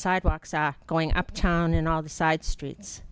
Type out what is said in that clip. sidewalks are going up town and all the side streets